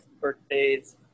birthdays